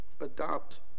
adopt